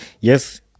yes